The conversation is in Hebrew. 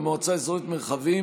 למועצה האזורית מרחבים